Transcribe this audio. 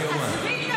עזבי.